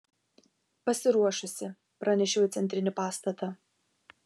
pasiruošusi pranešiau į centrinį pastatą